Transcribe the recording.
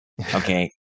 Okay